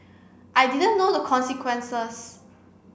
I didn't know the consequences